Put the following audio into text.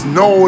no